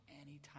anytime